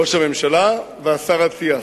ראש הממשלה והשר אטיאס,